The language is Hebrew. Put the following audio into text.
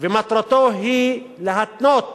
ומטרתו היא להתנות